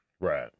Right